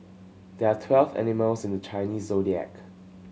there are twelve animals in the Chinese Zodiac